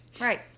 Right